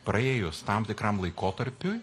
praėjus tam tikram laikotarpiui